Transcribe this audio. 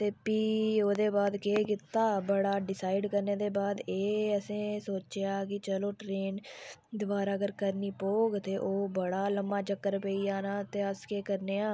ते भी ओह्दे बाद केह् कीता थोह्ड़ा डिसाईड करने दे बाद एह् सोचेआ कि चलो ट्रेन दोबारा अगर करनी पौग ते ओह् बड़ा लम्मा चक्कर पेई जाना ते अस केह् करने आं